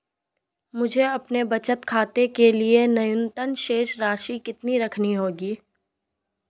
मुझे अपने बचत खाते के लिए न्यूनतम शेष राशि कितनी रखनी होगी?